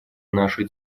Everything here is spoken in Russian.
нашей